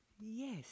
Yes